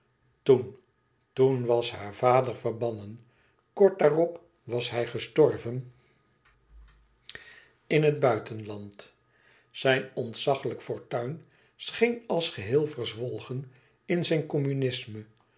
toen toen was haar vader verbannen kort daarop was hij gestorven in het buitenland zijn ontzaglijk fortuin scheen als geheel verzwolgen in zijn communisme